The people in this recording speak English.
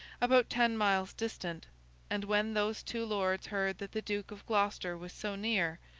about ten miles distant and when those two lords heard that the duke of gloucester was so near,